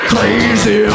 Crazy